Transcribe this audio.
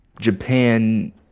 Japan